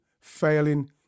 failing